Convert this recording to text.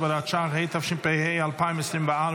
67 והוראת שעה), התשפ"ה 2024,